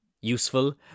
...useful